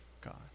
God